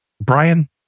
Brian